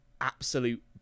absolute